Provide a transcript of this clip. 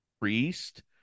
priest